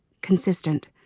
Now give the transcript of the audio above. consistent